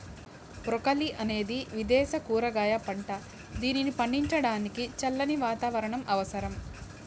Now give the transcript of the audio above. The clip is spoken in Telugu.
బ్రోకలి అనేది విదేశ కూరగాయ పంట, దీనిని పండించడానికి చల్లని వాతావరణం అవసరం